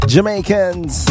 Jamaicans